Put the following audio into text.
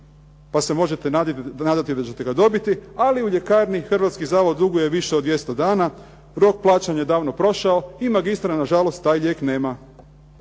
pa se možete nadati da ćete ga dobiti, ali u ljekarni Hrvatski zavod duguje više od 200 dana. Rok plaćanja davno prošao i magistra na žalost taj lijek nema.